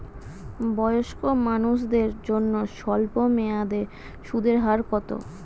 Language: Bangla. বয়স্ক মানুষদের জন্য স্বল্প মেয়াদে সুদের হার কত?